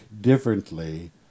differently